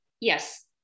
Yes